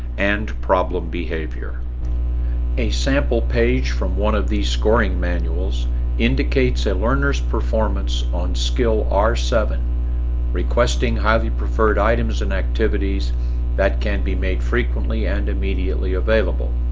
and problem behavior a sample page from one of these scoring manuals indicates a learner's performance on skill r seven requesting highly preferred items and activities that can be made frequently and immediately available